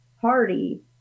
Party